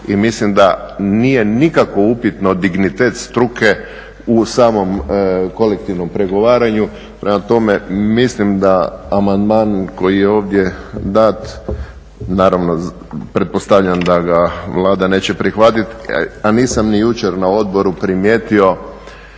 I mislim da nije nikako upitno dignitet struke u samom kolektivnom pregovaranju. Prema tome mislim da amandman koji je ovdje dat, naravno pretpostavljam da ga Vlada neće prihvatiti. A nisam ni jučer na odboru primijetio